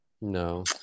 No